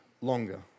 longer